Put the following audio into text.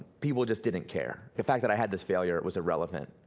people just didn't care. the fact that i had this failure was irrelevant.